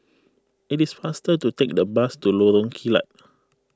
it is faster to take the bus to Lorong Kilat